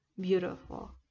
beautiful